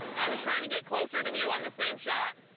i was trying to get closer than you on the same shot.